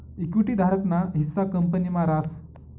equity धारक ना हिस्सा कंपनी मा रास